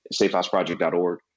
safehouseproject.org